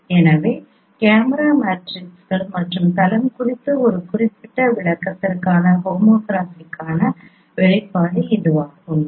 எனவே கேமரா மேட்ரிக்ஸ்கள் மற்றும் தளம் குறித்த ஒரு குறிப்பிட்ட விளக்கத்திற்கான ஹோமோகிராஃபிக்கான வெளிப்பாடு இதுவாகும்